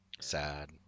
sad